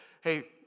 hey